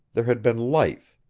there had been life.